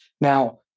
Now